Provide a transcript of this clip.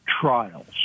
Trials